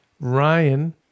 Ryan